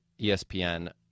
ESPN